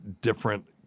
different